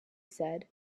said